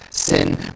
Sin